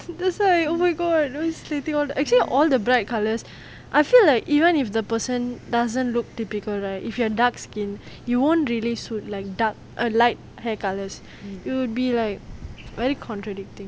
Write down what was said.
that's right oh my god those creating all the actually all the bright colours I feel like even if the person doesn't look typical right if you have dark skin you won't really suit like dark err light hair colours you will be like very contradicting